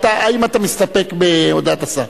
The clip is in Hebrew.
האם אתה מסתפק בהודעת השר?